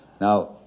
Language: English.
Now